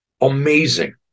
amazing